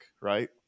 right